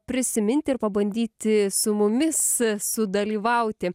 prisiminti ir pabandyti su mumis sudalyvauti